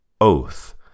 Oath